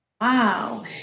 Wow